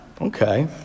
Okay